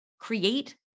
create